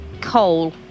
coal